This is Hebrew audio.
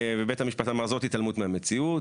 ובית המשפט אמר זו התעלמות מהמציאות.